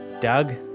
Doug